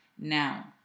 now